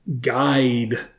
guide